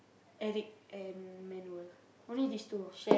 Eric and Emmanuel only these two ah